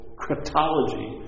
cryptology